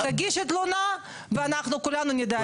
תגישי תלונה ואנחנו כולנו נדע את האמת.